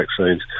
vaccines